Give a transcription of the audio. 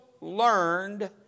learned